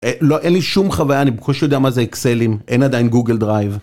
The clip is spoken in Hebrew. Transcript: אין לי שום חוויה, אני בקושי יודע מה זה אקסלים, אין עדיין גוגל דרייב.